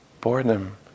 Boredom